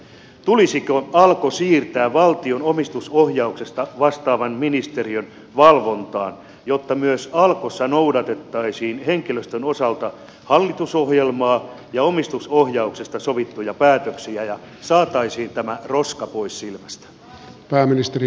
tulisiko alko siirtää valtion omistusohjauksesta vastaavan ministeriön valvontaan jotta myös alkossa noudatettaisiin henkilöstön osalta hallitusohjelmaa ja omistusohjauksesta sovittuja päätöksiä ja saataisiin tämä roska pois silmästä